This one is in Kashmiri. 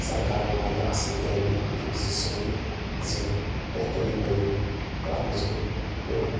سرکارن واریاہ اَصل کامہِ ییٚمہِ سۭتۍ سون ضلہٕ بہتریٖن بنیو تہٕ اَتھ منٛز گوٚو ہُرٮ۪ر